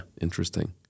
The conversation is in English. Interesting